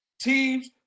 teams